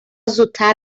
زودتر